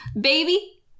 baby